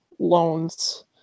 Loans